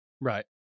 Right